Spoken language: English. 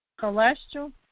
Cholesterol